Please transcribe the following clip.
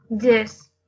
Yes